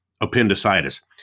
appendicitis